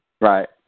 Right